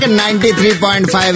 93.5